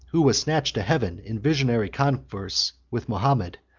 who was snatched to heaven in visionary converse with mahomet,